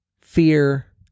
fear